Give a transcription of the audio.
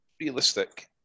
realistic